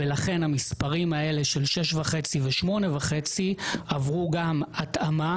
לכן המספרים האלה של שש וחצי ושמונה וחצי עברו התאמה